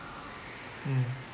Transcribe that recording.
mm